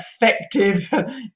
effective